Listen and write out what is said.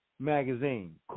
magazine